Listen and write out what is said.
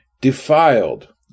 defiled